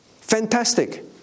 Fantastic